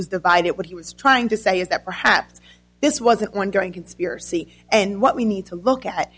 was divided what he was trying to say is that perhaps this wasn't one going conspiracy and what we need to look at